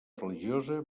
religiosa